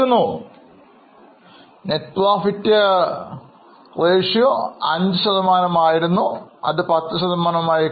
അതിനാൽ net profit 5 ശതമാനം ആയിരുന്നു 10 ശതമാനമായി ഉയർന്നു